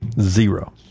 zero